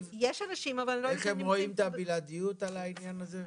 איך הם רואים את הבלעדיות על העניין הזה?